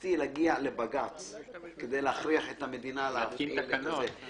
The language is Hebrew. נאלצתי להגיע לבג"צ כדי להכריח את המדינה להתקין תקנות.